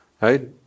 right